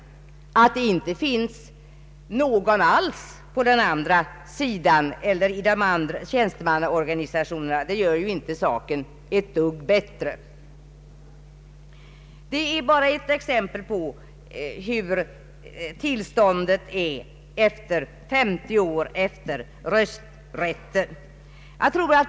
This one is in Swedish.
Att det inte finns någon alls på arbetsgivarsidan eller i tjänstemannaorganisationerna gör inte saken ett dugg bättre. Detta är bara ett exempel på tillståndet 50 år efter rösträttsreformen.